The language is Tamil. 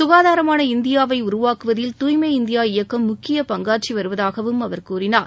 சுகாதாரமான இந்தியாவை உருவாக்குவதில் தூய்ளம இந்தியா இயக்கம் முக்கிய பங்காற்றி வருவதாகவும் அவர் கூறினார்